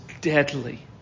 deadly